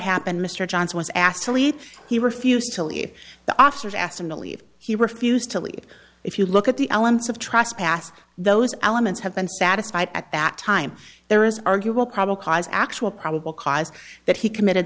happened mr johnson was asked to leave he refused to leave the officers asked him to leave he refused to leave if you look at the elements of trespass those elements have been satisfied at that time there is arguable probable cause actual probable cause that he committed